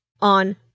on